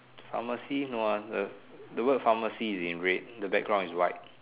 pharmacy no ah the word pharmacy is in red the background is white